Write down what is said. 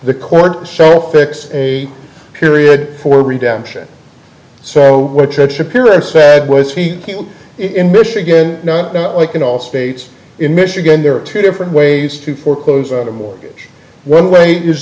the court show fix a period for redemption so which at shapiro i said was he in michigan like in all states in michigan there are two different ways to foreclose on a mortgage one way is